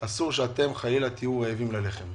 אסור שאתם חלילה להיות רעבים ללחם.